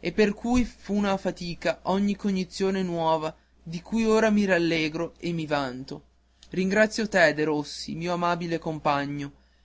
e per cui fu una fatica ogni cognizione nuova di cui ora mi rallegro e mi vanto ringrazio te derossi mio ammirabile compagno